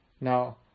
Now